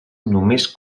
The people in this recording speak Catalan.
només